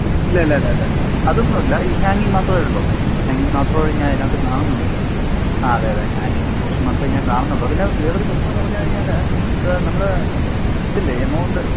ഇല്ല ഇല്ല ഇല്ല ഇല്ല ഇല്ല അതൊന്നുമില്ല ഈ ഹാങ്ങിങ് മാത്രമേ ഉള്ളൂ ഹാങ്ങിങ് മാത്രമേ ഞാൻ അതിനകത്ത് കാണുന്നുള്ളൂ ആ അതെ അതെ ഹാങ്ങിങ്ങിന്റ പ്രശ്നം മാത്രമേ ഞാൻ കാണുന്നുള്ളു പിന്നെ വേറൊരു പ്രശ്നമെന്നു പറഞ്ഞുകഴിഞ്ഞാല് ഇത് നമ്മുടെ ഇതില്ലേ എമൗണ്ട്